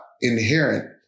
inherent